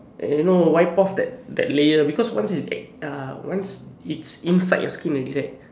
and you know wipe off that that layer because once it like uh once it's inside your skin already right